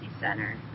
center